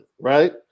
right